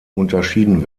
unterschieden